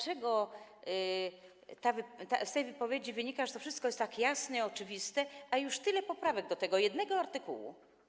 Z tej wypowiedzi wynika, że to wszystko jest tak jasne i oczywiste, a już tyle poprawek do tego jednego artykułu.